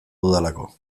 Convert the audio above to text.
dudalako